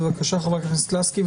בבקשה, חברת הכנסת גבי לסקי.